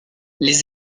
les